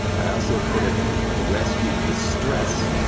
i also could have rescued the stress,